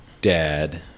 dad